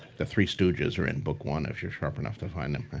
the three stooges are in book one if you're sharp enough to find them.